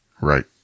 Right